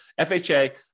FHA